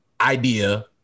idea